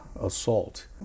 assault